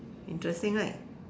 interesting right